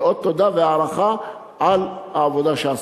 כאות תודה והערכה על העבודה שעשו.